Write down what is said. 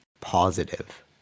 positive